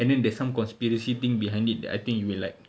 and then there's some conspiracy thing behind it that I think you will like